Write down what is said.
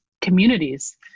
communities